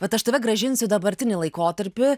vat aš tave grąžinsiu į dabartinį laikotarpį